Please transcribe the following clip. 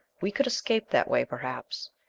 we could escape that way, perhaps.